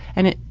and it,